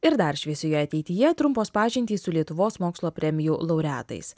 ir dar šviesioje ateityje trumpos pažintys su lietuvos mokslo premijų laureatais